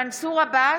מנסור עבאס,